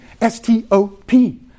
S-T-O-P